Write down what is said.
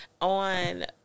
on